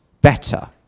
better